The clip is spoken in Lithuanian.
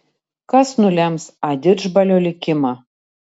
kas nulems a didžbalio likimą